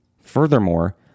Furthermore